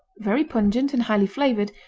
very pungent and highly flavored,